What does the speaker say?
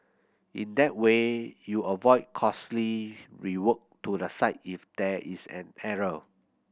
in that way you avoid costly rework to the site if there is an error